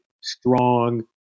strong